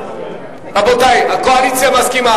רבותי, הקואליציה מסכימה.